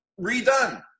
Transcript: redone